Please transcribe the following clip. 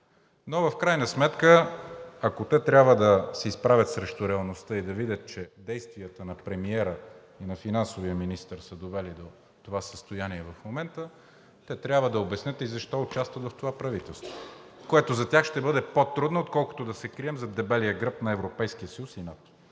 В крайна сметка, ако те трябва да се изправят срещу реалността и да видят, че действията на премиера и на финансовия министър са довели до това състояние в момента – те трябва да обяснят защо участват в това правителство, което за тях ще бъде по-трудно, отколкото да се крием зад дебелия гръб на Европейския съюз и НАТО.